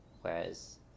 whereas